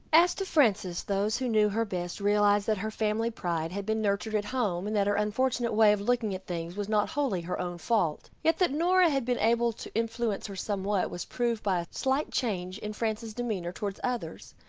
as to frances, those who knew her best, realized that her family pride had been nurtured at home, and that her unfortunate way of looking at things was not wholly her own fault. yet that nora had been able to influence her somewhat was proved by a slight change in frances' demeanor towards others.